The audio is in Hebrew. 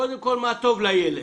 קודם כל, מה טוב לילד,